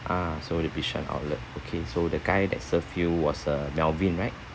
ah so the bishan outlet okay so the guy that serve you was uh melvin right